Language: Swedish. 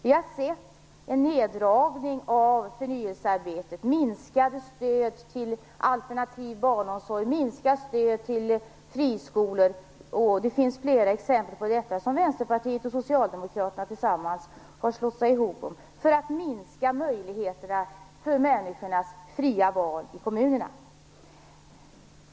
Vi har sett en neddragning av förnyelsearbetet, minskat stöd till alternativ barnomsorg och minskat stöd till friskolor. Det finns flera exempel på detta, där Vänsterpartiet och Socialdemokraterna har slagit sig ihop för att minska möjligheterna för människornas fria val i kommunerna.